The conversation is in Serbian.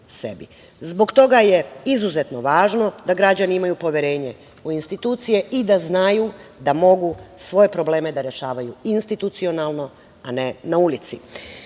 sebi. Zbog toga je izuzetno važno da građani imaju poverenje u institucije i da znaju da mogu svoje probleme da rešavaju institucionalno, a ne na ulici. Mi,